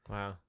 Wow